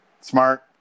Smart